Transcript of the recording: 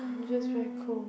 I'm just very cold